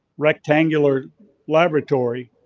rectangular laboratory,